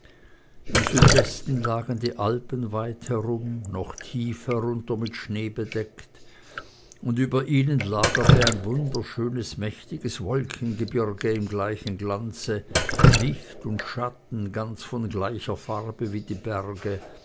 im südwesten lagen die alpen weit herum noch tief herunter mit schnee bedeckt und über ihnen lagerte ein wunderschönes mächtiges wolkengebirge im gleichen glanze licht und schatten ganz von gleicher farbe wie die berge